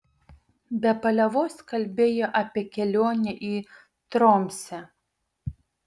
be paliovos kalbėjo apie kelionę į tromsę